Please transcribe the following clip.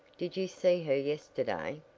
did you see her yesterday?